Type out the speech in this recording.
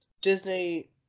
Disney